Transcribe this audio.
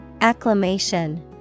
Acclamation